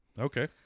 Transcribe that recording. Okay